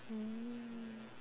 mm